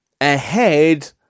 ahead